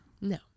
No